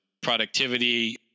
productivity